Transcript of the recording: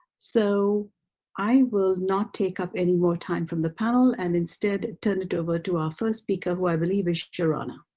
so i will not take up any more time from the panel and instead turn it over to our first speaker who i believe is sharona.